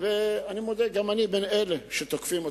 ואני מודה, גם אני בין אלה שתוקפים אותם,